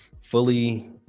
fully